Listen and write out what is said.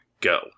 Go